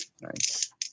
Nice